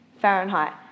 Fahrenheit